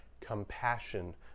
compassion